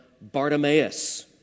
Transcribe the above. Bartimaeus